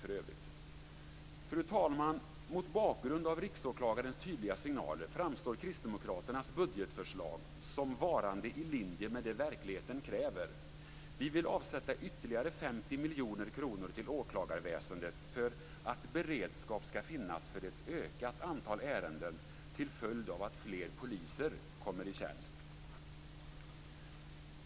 Fru talman! Mot bakgrund av Riksåklagarens tydliga signaler framstår Kristdemokraternas budgetförslag som varande i linje med det verkligheten kräver. Vi vill avsätta ytterligare 50 miljoner kronor till åklagarväsendet för att beredskap skall finnas för ett ökat antal ärenden till följd av att fler poliser kommer i tjänst.